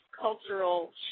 cultural